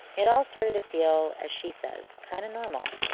it all started to feel, as she says, kind of normal.